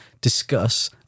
discuss